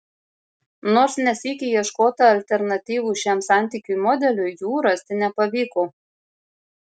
nors ne sykį ieškota alternatyvų šiam santykių modeliui jų rasti nepavyko